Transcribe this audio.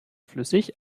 flüssig